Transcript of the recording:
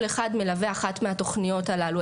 כל אחד מלווה אחת מהתוכניות הללו.